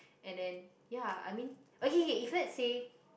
and then ya I mean okay okay if let's say